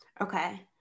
Okay